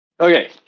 Okay